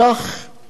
איני מלין.